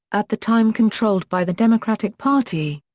at the time controlled by the democratic party.